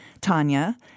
Tanya